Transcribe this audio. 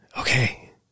okay